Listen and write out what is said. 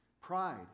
Pride